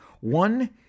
One